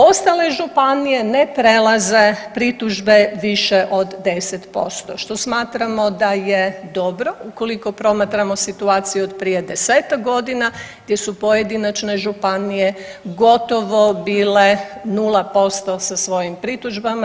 Ostale županije ne prelaze pritužbe više od 10% što smatramo da je dobro ukoliko promatramo situaciju od prije 10-ak godina gdje su pojedinačne županije gotovo bile 0% sa svojim pritužbama.